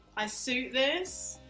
i suit this.